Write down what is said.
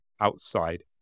outside